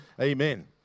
Amen